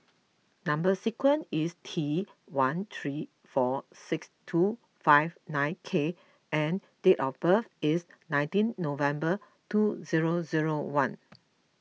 Number Sequence is T one three four six two five nine K and date of birth is nineteen November two zero zero one